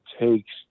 takes